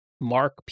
Mark